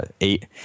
eight